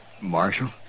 Marshall